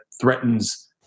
threatens